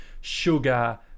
sugar